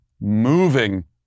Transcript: moving